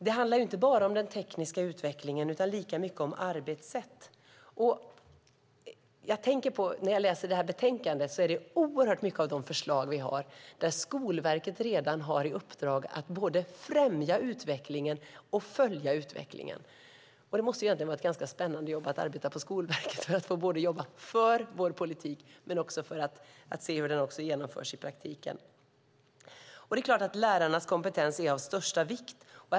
Det handlar inte bara om den tekniska utvecklingen utan lika mycket om arbetssätt. När jag läser betänkandet ser jag att för oerhört många av de förslagen har Skolverket redan i uppdrag att både främja utvecklingen och följa utvecklingen. Det måste vara ett ganska spännande jobb att arbeta på Skolverket. De får både jobba för vår politik och också med hur den genomförs i praktiken. Det är klart att lärarnas kompetens är av största viktig.